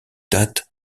date